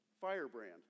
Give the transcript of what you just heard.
firebrand